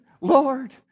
Lord